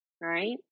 Right